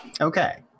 Okay